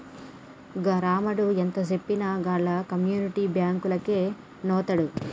గా రామడు ఎంతజెప్పినా ఆళ్ల కమ్యునిటీ బాంకులకే వోతడు